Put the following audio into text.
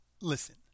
listen